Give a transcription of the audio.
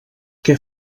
què